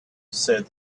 said